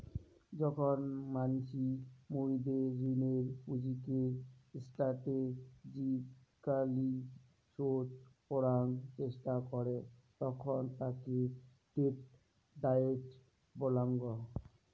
যখন মানসি মুইদের ঋণের পুঁজিকে স্টাটেজিক্যলী শোধ করাং চেষ্টা করে তখন তাকে ডেট ডায়েট বলাঙ্গ